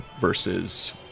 versus